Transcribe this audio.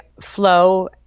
flow